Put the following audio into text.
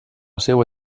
seua